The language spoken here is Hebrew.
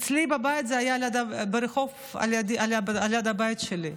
אצלי בבית, זה היה ברחוב ליד הבית שלי.